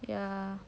ya